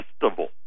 festival